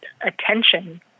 attention